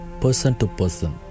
person-to-person